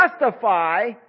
justify